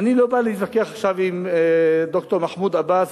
אני לא בא להתווכח עכשיו עם ד"ר מחמוד עבאס,